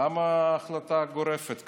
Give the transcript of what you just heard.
למה החלטה גורפת כזאת?